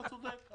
אתה צודק,